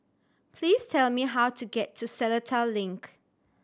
please tell me how to get to Seletar Link